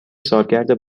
سالگرد